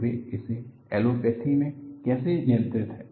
तो वे इसे एलोपैथी में कैसे नियंत्रित हैं